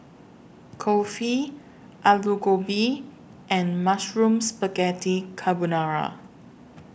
Kulfi Alu Gobi and Mushroom Spaghetti Carbonara